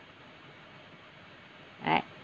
right